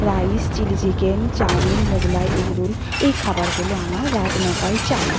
rice chilli chicken chowmein Mughlai egg roll এই খাবারগুলো আমার রাত নটায় চাই